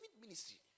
ministry